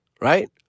right